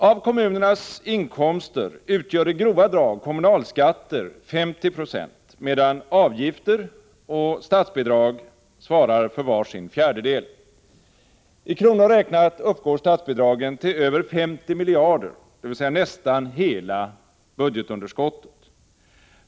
Av kommunernas inkomster utgör i grova drag kommunalskatter 50 96, medan avgifter och statsbidrag svarar för var sin fjärdedel. I kronor räknat uppgår statsbidragen till över 50 miljarder, dvs. nästan hela budgetunderskottet.